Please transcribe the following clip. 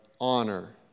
honor